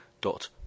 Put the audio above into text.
dot